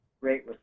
great